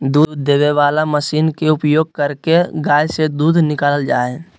दूध देबे वला मशीन के उपयोग करके गाय से दूध निकालल जा हइ